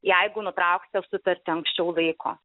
jeigu nutrauksite sutartį anksčiau laiko